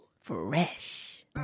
fresh